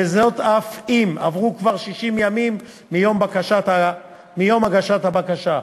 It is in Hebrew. וזאת אף אם עברו כבר 60 ימים מיום הגשת הבקשה.